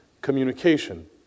communication